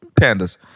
Pandas